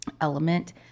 element